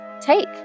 take